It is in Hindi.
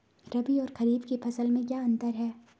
रबी और खरीफ की फसल में क्या अंतर है?